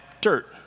dirt